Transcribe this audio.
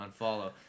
unfollow